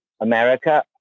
America